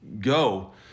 go